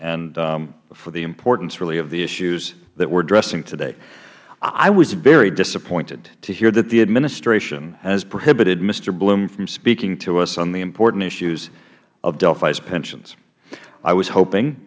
and for the importance really of the issues that we are addressing today i was very disappointed to hear that the administration has prohibited mister bloom from speaking to us on the important issues of delphi's pensions i was hoping